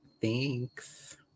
Thanks